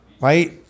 right